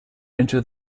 into